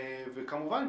כמובן,